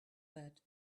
that